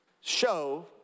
show